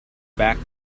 back